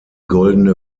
goldene